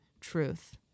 truth